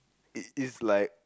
it it's like